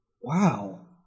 Wow